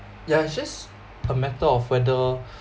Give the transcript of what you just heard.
yeah it's just a matter of further